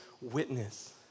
witness